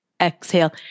Exhale